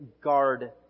guard